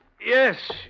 yes